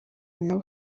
nawe